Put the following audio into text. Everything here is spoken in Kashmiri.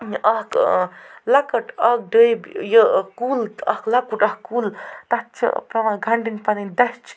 یہِ اَکھ لۄکٕٹ اَکھ ڈٔبۍ یہِ کُل اَکھ لۄکُٹ اَکھ کُل تَتھ چھِ پٮ۪وان گَنٛڈٕنۍ پَنٕںۍ دَچھ